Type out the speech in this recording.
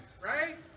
right